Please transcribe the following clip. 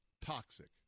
Toxic